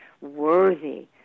worthy